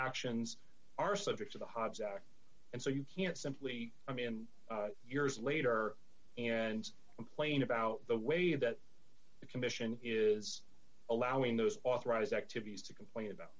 actions are subject to the hobbs act and so you can't simply i mean years later and complain about the way that the commission is allowing those authorized activities to complain about